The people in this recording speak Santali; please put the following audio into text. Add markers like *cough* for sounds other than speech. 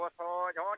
ᱦᱳᱭ ᱦᱳᱭ *unintelligible*